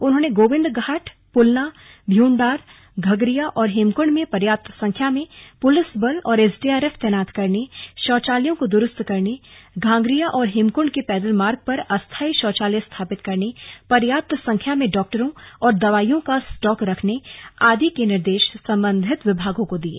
उन्होंने गोविन्द घाट पुलना भ्यूडांर घघरिया और हेमकृण्ड में पर्याप्त संख्या में पुलिस बल और एसडीआरएफ तैनात करने शौचालयों को द्रुस्त करने घांघरिया और हेमुकण्ड के पैदल मार्ग पर अस्थाई शौचालय स्थापित करने पर्याप्त संख्या में डॉक्टरों और दवाइयों का स्टॉक रखने आदि ने निर्देश संबंधित विभागों को दिये